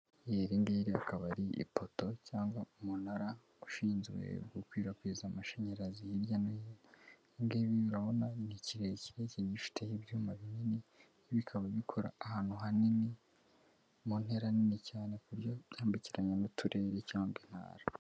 Iri ngiri akaba ari ipoto cyangwa umunara ushinzwe gukwirakwiza amashanyarazi hirya no hino. Ibi ngibi urabona ni kirerekire kiba gifiteho ibyuma binini, bikaba bikora ahantu hanini, mu ntera nini cyane ku buryo byambukiranya n'uturere cyangwa intara.